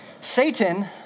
Satan